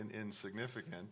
insignificant